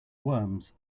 worms